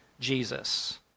Jesus